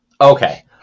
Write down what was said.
Okay